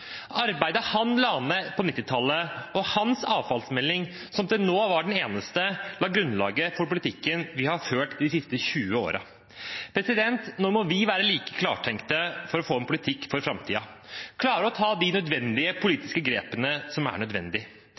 Arbeidet han la ned på 1990-tallet, og hans avfallsmelding, som til da var den eneste, la grunnlaget for politikken vi har ført de siste 20 årene. Nå må vi være like klartenkte for å få en politikk for framtiden. Vi må klare å ta de politiske grepene som er